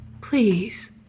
Please